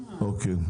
אוקיי.